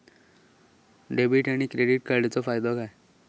Debit आणि credit कार्डचो फायदो काय?